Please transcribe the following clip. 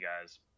guys